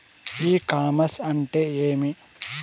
ఇ commerce అంటే ఏమి?